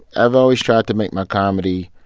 i've always tried to make my comedy